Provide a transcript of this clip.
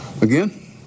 Again